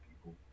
people